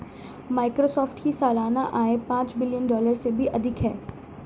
Microsoft की सालाना आय पांच बिलियन डॉलर से भी अधिक है